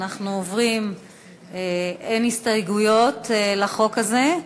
אין הסתייגויות לחוק הזה,